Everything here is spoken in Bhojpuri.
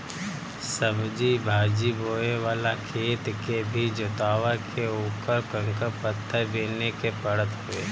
सब्जी भाजी बोए वाला खेत के भी जोतवा के उकर कंकड़ पत्थर बिने के पड़त हवे